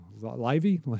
Livy